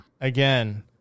Again